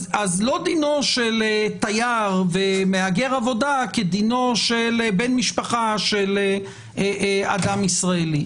אז לא דינו של תייר ומהגר עבודה כדינו של בן משפחה של אדם ישראלי.